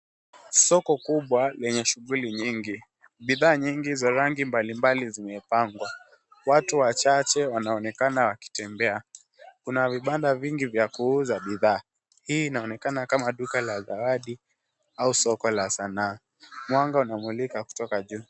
Soko kubwa lenye shughuli nyingi. Bidhaa nyingi za rangi mbalimbali zimepangwa. Watu wachache wanaonekana wakitembea. Kuna vibanda vingi vya kuuza bidhaa. Hii inaonekana kama duka la zawadi au soko la sanaa. Mwanga unamulika kutoka juu.